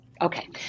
Okay